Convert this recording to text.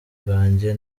bwanjye